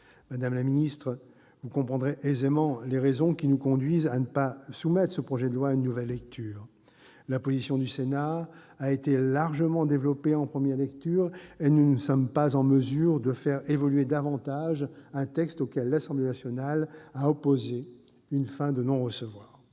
Madame la ministre, vous comprendrez aisément les raisons qui nous conduisent à ne pas soumettre ce projet de loi à une nouvelle lecture : la position du Sénat a été largement développée en première lecture, et nous ne sommes pas en mesure de faire évoluer davantage un texte auquel l'Assemblée nationale a opposé une fin de non-recevoir.